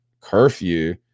curfew